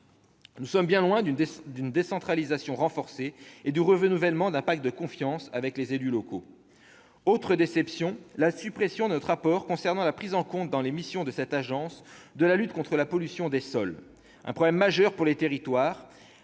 Nous sommes bien loin d'une décentralisation renforcée et du renouvellement d'un pacte de confiance avec les élus locaux. Une autre déception tient à la suppression de notre apport concernant la prise en compte, dans les missions de cette agence, de la lutte contre la pollution des sols. C'est pourtant un problème majeur pour les territoires,